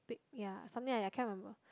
ya something like that can't remember